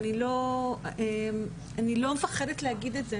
אני לא מפחדת להגיד את זה.